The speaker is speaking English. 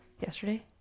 yesterday